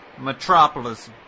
Metropolis